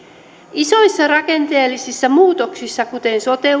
isoissa rakenteellisissa muutoksissa kuten sote